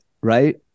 right